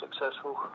successful